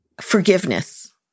forgiveness